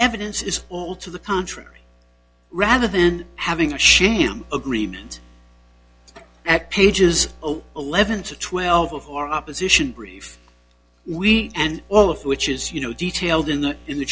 evidence is all to the contrary rather than having a sham agreement at pages over eleven to twelve of our opposition brief we and all of which is you know detailed in the in the